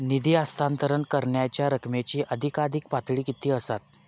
निधी हस्तांतरण करण्यांच्या रकमेची अधिकाधिक पातळी किती असात?